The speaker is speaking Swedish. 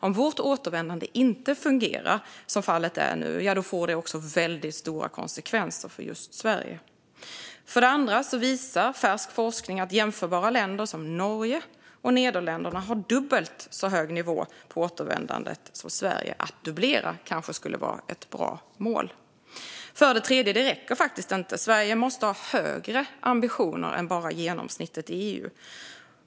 Om vårt återvändande inte fungerar, som fallet är nu, får det också väldigt stora konsekvenser för just Sverige. För det andra: Färsk forskning visar att jämförbara länder, som Norge och Nederländerna, har dubbelt så hög nivå på återvändandet som Sverige. Att dubblera kanske skulle vara ett bra mål. För det tredje: Det räcker faktiskt inte. Sverige måste ha högre ambitioner än bara genomsnittet i EU.